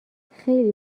خیلی